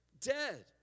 Dead